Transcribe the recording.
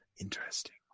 interesting